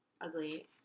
ugly